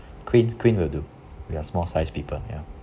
queen queen will do we are small size people ya